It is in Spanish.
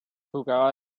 jugaba